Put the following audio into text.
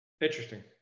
Interesting